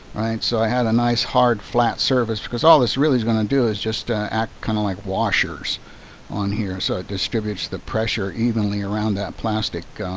so i had a nice hard flat surface because all this really is going to do is just act kind of like washers on here so it distributes the pressure evenly around that plastic